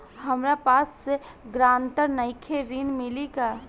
हमरा पास ग्रांटर नईखे ऋण मिली का?